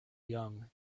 young